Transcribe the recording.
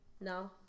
No